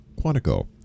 Quantico